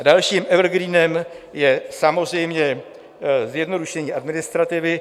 Dalším evergreenem je samozřejmě zjednodušení administrativy.